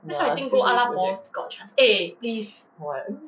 nah still do projects [what]